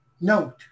Note